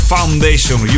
Foundation